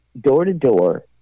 door-to-door